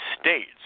states